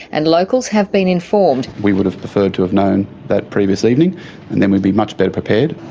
and locals have been informed. we would have preferred to have known that previous evening and then we'd be much better prepared.